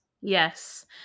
Yes